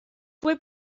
fue